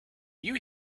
you